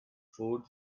food